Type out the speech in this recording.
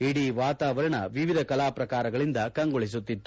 ಇಡೀ ವಾತಾವರಣ ವಿವಿಧ ಕಲಾ ಪ್ರಕಾರಗಳಿಂದ ಕಂಗೊಳಿಸುತ್ತಿತ್ತು